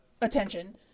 attention